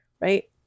right